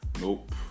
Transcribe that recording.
nope